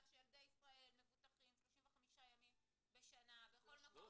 שילדי ישראל מבוטחים 365 ימים בשנה בכל מקום